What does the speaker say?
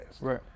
right